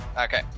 Okay